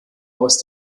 aus